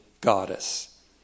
goddess